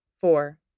Four